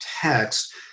text